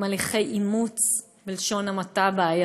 עם הליכי אימוץ בעייתיים,